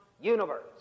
universe